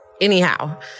Anyhow